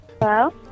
Hello